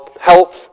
health